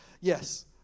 Yes